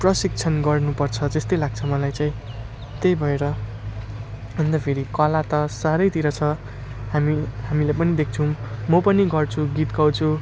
प्रशीक्षण गर्नुपर्छ जस्तै लाग्छ मलाई चाहिँ त्यही भएर अन्त फेरि कला त चारैतिर छ हामी हामीले पनि देख्छौँ म पनि गर्छु गीत गाउँछु